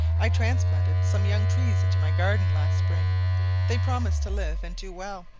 i transplanted some young trees into my garden last spring they promise to live and do well.